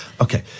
okay